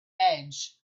edge